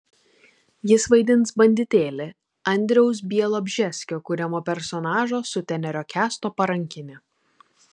jis vaidins banditėlį andriaus bialobžeskio kuriamo personažo sutenerio kęsto parankinį